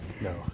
No